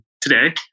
today